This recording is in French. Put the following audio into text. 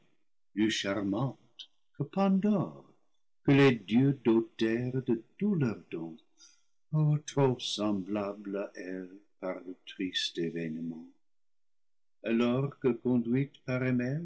plus charmante que pandore que les dieux dotèrent de tous leurs dons oh trop semblable à elle par le triste événement alors que conduite par